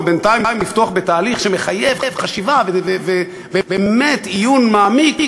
ובינתיים לפתוח בתהליך שמחייב חשיבה ובאמת עיון מעמיק,